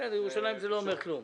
בסדר, ירושלים זה לא אומר כלום.